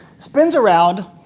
spins around,